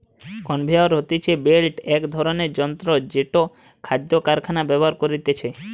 conveyor হতিছে belt এক ধরণের যন্ত্র জেটো খাদ্য কারখানায় ব্যবহার করতিছে